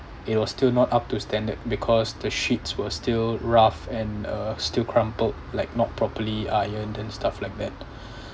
it was still not up to standard because the sheets were still rough and uh still crumpled like not properly ironed and stuff like that